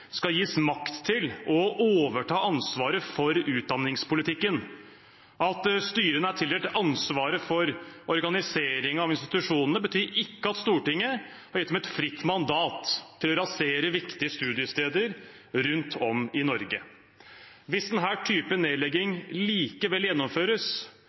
skal gis makt til å overta ansvaret for utdanningspolitikken. At styrene er tildelt ansvaret for organisering av institusjonene, betyr ikke at Stortinget har gitt dem et fritt mandat til å rasere viktige studiesteder rundt om i Norge. Hvis denne typen nedlegging likevel gjennomføres,